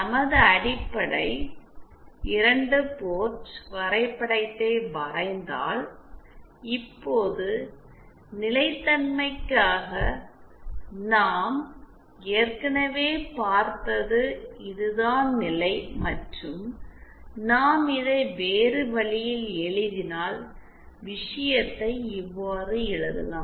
நமது அடிப்படை 2 போர்ட் வரைபடத்தை வரைந்தால் இப்போது நிலைத்தன்மைக்காக நாம் ஏற்கனவே பார்த்தது இதுதான் நிலை மற்றும் நாம் இதை வேறு வழியில் எழுதினால் விஷயத்தை இவ்வாறு எழுதலாம்